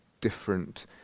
different